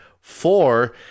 Four